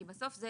כי בסוף אלה